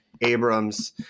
Abrams